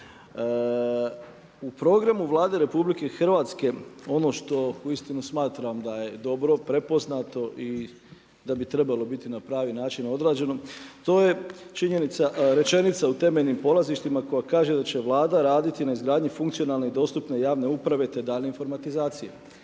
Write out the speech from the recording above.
U programu Vlade Republike Hrvatske ono što uistinu smatram da je dobro prepoznato i da bi trebalo biti na pravi način odrađeno to je činjenica, rečenica u temeljnim polazištima koja kaže da će Vlada raditi na izgradnji funkcionalne i dostupne javne uprave te daljnje informatizacije.